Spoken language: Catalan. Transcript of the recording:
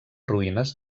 ruïnes